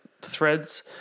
threads